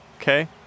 Okay